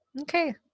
Okay